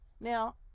Now